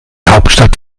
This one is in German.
hauptstadt